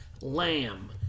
Lamb